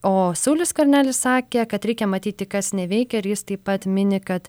o saulius skvernelis sakė kad reikia matyti kas neveikia ir jis taip pat mini kad